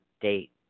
date